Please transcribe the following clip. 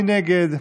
מי נגד?